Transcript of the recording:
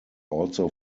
also